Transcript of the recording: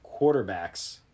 quarterbacks